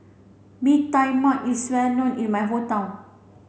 Mee Tai Mak is well known in my hometown